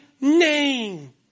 name